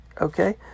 Okay